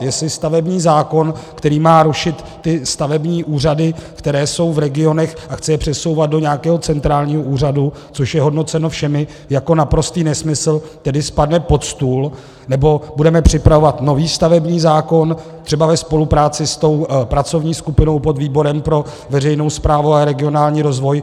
Jestli stavební zákon, který má rušit ty stavební úřady, které jsou v regionech, a chce je přesouvat do nějakého centrálního úřadu, což je hodnoceno všemi jako naprostý nesmysl, který spadne pod stůl, nebo budeme připravovat nový stavební zákon, třeba ve spolupráci s tou pracovní skupinou pod výborem pro veřejnou správu a regionální rozvoj.